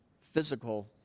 physical